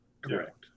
Correct